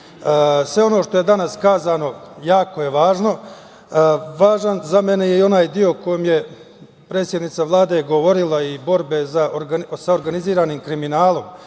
ono što je danas rečeno jako je važno. Važna za mene je onaj deo o kojem je predsednica Vlade govorila i borbe sa organizovanim kriminalom.